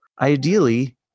ideally